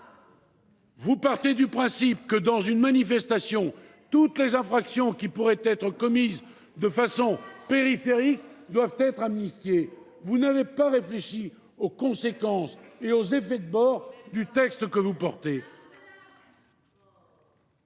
Vous partez du principe que, dans une manifestation, toutes les infractions qui pourraient être commises de façon périphérique doivent être amnistiées. C’est faux ! Vous n’avez pas réfléchi aux conséquences et aux effets de bord du texte que vous présentez.